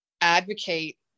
advocate